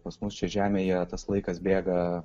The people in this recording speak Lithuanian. pas mus čia žemėje tas laikas bėga